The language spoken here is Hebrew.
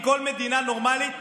כל מדינה נורמלית אומרת: